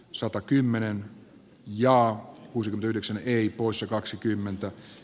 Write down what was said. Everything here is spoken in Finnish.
satakymmenen ja kuusi yhdeksän yip usa kaksikymmentä